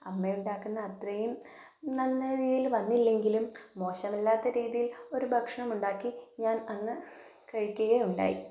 അമ്മയുണ്ടാക്കുന്ന അത്രയും നല്ലരീതിയിൽ വന്നില്ലെങ്കിലും മോശമല്ലാത്ത രീതിയിൽ ഒരു ഭക്ഷണമുണ്ടാക്കി ഞാൻ അന്ന് കഴിക്കുകയുണ്ടായി